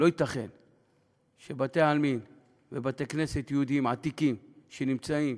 שבתי-עלמין ובתי-כנסת יהודיים עתיקים שנמצאים